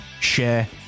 share